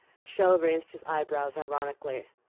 chelles raised his eye-brows ironically.